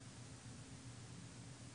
לכולם.